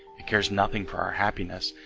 it cares nothing for our happiness,